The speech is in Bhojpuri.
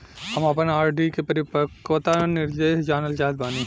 हम आपन आर.डी के परिपक्वता निर्देश जानल चाहत बानी